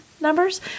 numbers